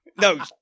no